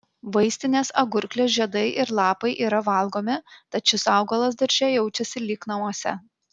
vaistinės agurklės žiedai ir lapai yra valgomi tad šis augalas darže jaučiasi lyg namuose